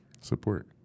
Support